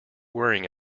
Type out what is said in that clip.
worrying